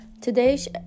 today's